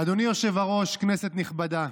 אדוני היושב-ראש, כנסת נכבדה,